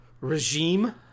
regime